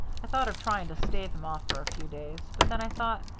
i thought of trying to stave him off for a few days, but then i thought,